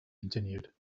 continued